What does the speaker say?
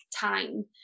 time